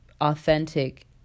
authentic